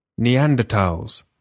Neanderthals